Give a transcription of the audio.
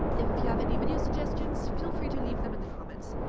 if you have any video suggestions, feel free to leave them in the comments.